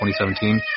2017